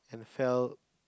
fell